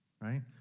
right